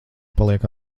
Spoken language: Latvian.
paliek